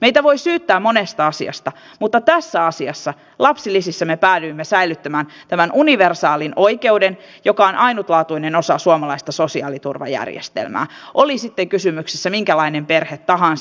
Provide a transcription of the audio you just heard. meitä voi syyttää monesta asiasta mutta tässä asiassa lapsilisissä me päädyimme säilyttämään tämän universaalin oikeuden joka on ainutlaatuinen osa suomalaista sosiaaliturvajärjestelmää oli sitten kysymyksessä minkälainen perhe tahansa